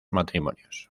matrimonios